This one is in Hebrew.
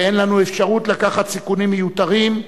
ואין לנו אפשרות לקחת סיכונים מיותרים,